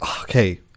Okay